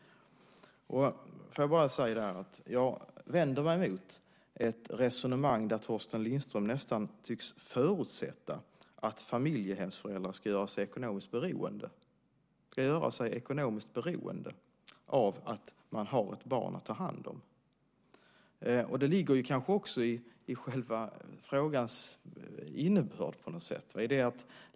Jag vill bara säga att jag vänder mig mot ett resonemang där Torsten Lindström nästan tycks förutsätta att familjehemsföräldrar ska göra sig ekonomiskt beroende av att ha ett barn att ta hand om. Det ligger på något sätt kanske också i själva frågans innebörd.